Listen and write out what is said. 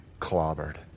clobbered